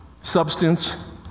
substance